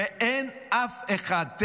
אין אף אחד.